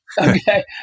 Okay